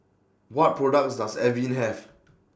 What products Does Avene Have